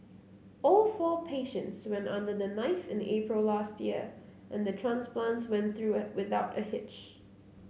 all four patients went under the knife in April last year and the transplants went through it without a hitch